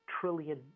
trillion